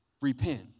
Repent